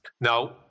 now